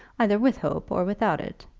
either with hope or without it.